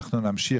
אנחנו נמשיך.